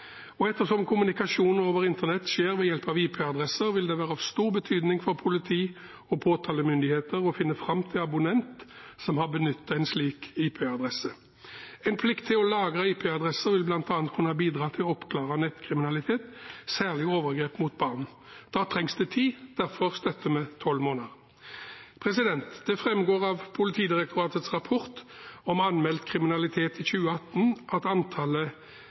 Ettersom kommunikasjon over internett skjer ved hjelp av IP-adresser, vil det være av stor betydning for politi og påtalemyndighet å finne fram til abonnenten som har benyttet en slik IP-adresse. En plikt til å lagre IP-adresser vil bl.a. kunne bidra til å oppklare nettkriminalitet, særlig overgrep mot barn. Da trengs det tid, og derfor støtter vi tolv måneder. Det framgår av Politidirektoratets rapport om anmeldt kriminalitet i 2018 at antallet